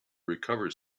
recover